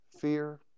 fear